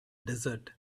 desert